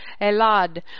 Elad